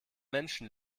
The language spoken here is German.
menschen